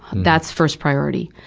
that's first priority.